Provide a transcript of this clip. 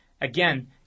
Again